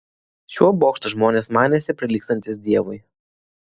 šiuo bokštu žmonės manėsi prilygstantys dievui